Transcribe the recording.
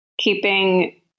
keeping